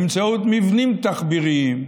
באמצעות מבנים תחביריים.